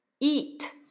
Eat